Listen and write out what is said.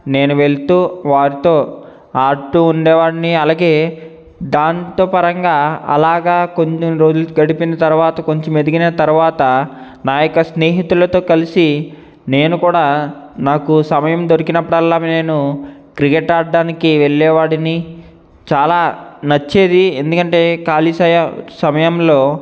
నేను వెళుతూ వారితో ఆడుతూ ఉండేవాడిని అలాగే దాంతోపరంగా అలాగా కొన్ని రోజులు గడిపిన తరువాత కొంచెం ఎదిగిన తరువాత నాయొక్క స్నేహితులతో కలిసి నేను కూడా నాకు సమయం దొరికినప్పుడల్లా నేను క్రికెట్ ఆడటానికి వెళ్ళేవాడిని చాలా నచ్చేది ఎందుకంటే ఖాళీ సయ సమయంలో